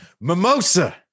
Mimosa